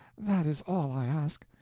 that is all i ask.